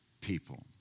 people